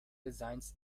designs